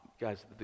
guys